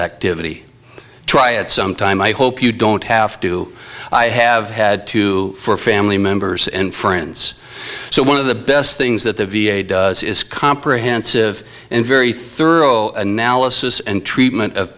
activity try it some time i hope you don't have to i have had to for family members and friends so one of the best things that the v a does is comprehensive and very thorough analysis and treatment of